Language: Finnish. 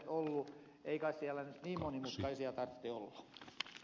ei kai siellä nyt niin monimutkaisia tarvitse olla